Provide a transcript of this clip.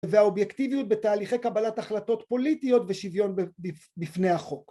והאובייקטיביות בתהליכי קבלת החלטות פוליטיות ושוויון בפני החוק